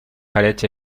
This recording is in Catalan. parets